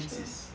true